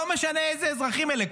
לא משנה איזה אזרחים אלה,